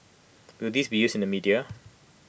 will this be used in the media